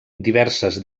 diverses